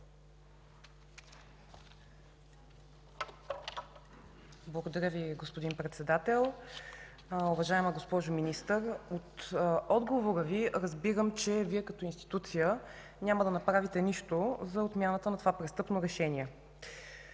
Благодаря Ви, господин Председател. Уважаема госпожо Министър, от отговора Ви разбирам, че Вие като институция няма да направите нищо за отмяната на това престъпно решение.